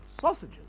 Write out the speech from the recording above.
sausages